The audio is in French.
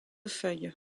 feuille